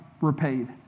repaid